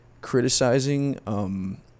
criticizing